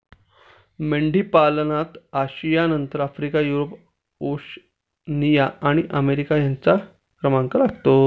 मेंढीपालनात आशियानंतर Africa, Europe, Oceania आणि अमेरिका यांचा क्रमांक लागतो